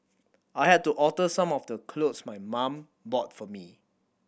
I had to alter some of the clothes my mum bought for me